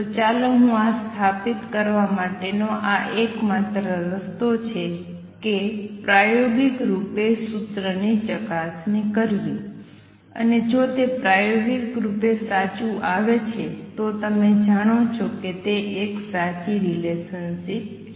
તો ચાલો હું આ સ્થાપિત કરવા માટેનો આ એકમાત્ર રસ્તો છે કે પ્રાયોગિક રૂપે સૂત્રની ચકાસણી કરવી અને જો તે પ્રાયોગિક રૂપે સાચું આવે છે તો તમે જાણો છો કે તે એક સાચી રિલેસનશિપ છે